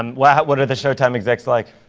um what what are the showtime execs like?